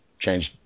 changed